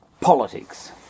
politics